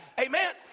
Amen